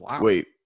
Wait